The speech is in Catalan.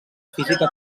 física